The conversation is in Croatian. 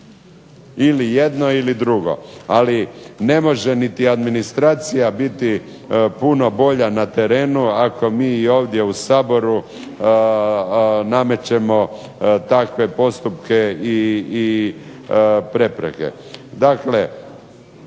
ili jedno ili drugo. Ali ne može niti administracija biti puno bolja na terenu ako mi ovdje u Saboru namećemo takve postupke i prepreke.